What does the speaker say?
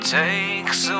takes